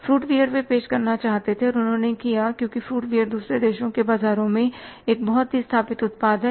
fruit beer वे पेश करना चाहते थे और उन्होंने किया क्योंकि फ्रूट बीयर दूसरे देशों के बाजार में एक बहुत स्थापित उत्पाद है